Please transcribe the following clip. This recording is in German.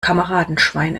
kameradenschwein